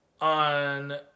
on